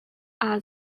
are